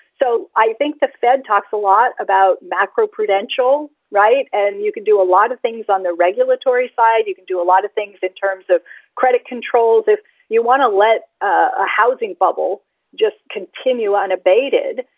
so i think the fed talks a lot about macro prudential. right. and you can do a lot of things on the regulatory side. you can do a lot of things in terms of credit controls. if you want to let a housing bubble just continue unabated,